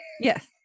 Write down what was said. Yes